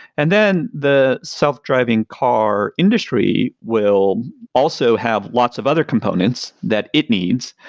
and then the self-driving car industry will also have lots of other components that it needs.